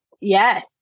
Yes